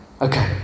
Okay